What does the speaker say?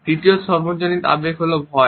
তৃতীয় সর্বজনীন আবেগ হল ভয়